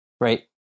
right